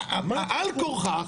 מה הדחיפות?